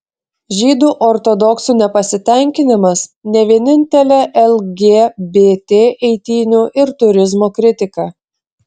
žydų ortodoksų nepasitenkinimas ne vienintelė lgbt eitynių ir turizmo kritika